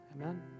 Amen